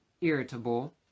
irritable